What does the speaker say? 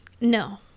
no